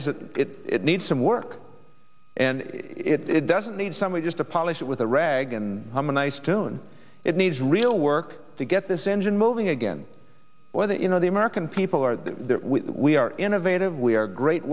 is that it needs some work and it doesn't need somebody just a polished with a rag and i'm a nice tune it needs real work to get this engine moving again whether you know the american people or the we are innovative we are great